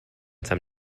some